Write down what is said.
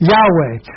Yahweh